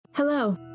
Hello